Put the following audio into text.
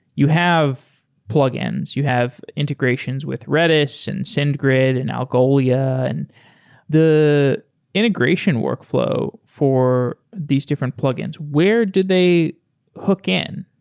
you have plugins. you have integrations with redis, and sendgrid, and algolia. and the integration workflow for these different plugins, where do they hook in?